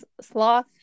sloth